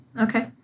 Okay